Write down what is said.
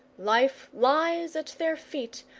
life lies at their feet,